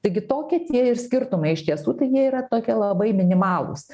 taigi tokie tie ir skirtumai iš tiesų tai jie yra tokie labai minimalūs